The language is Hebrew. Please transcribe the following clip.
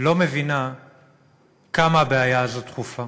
לא מבינה כמה הבעיה הזאת דחופה.